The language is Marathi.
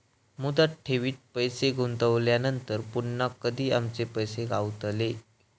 मुदत ठेवीत पैसे गुंतवल्यानंतर पुन्हा कधी आमचे पैसे गावतले?